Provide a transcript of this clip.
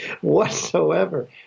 whatsoever